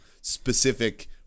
specific